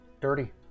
Dirty